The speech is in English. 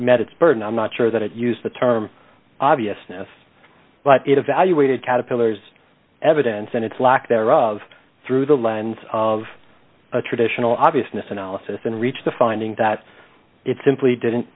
met its burden i'm not sure that i used the term obviousness but it evaluated caterpillars evidence and its lack thereof through the lens of a traditional obviousness analysis and reach the finding that it simply didn't